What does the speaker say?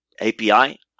API